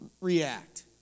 react